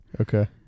Okay